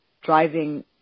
driving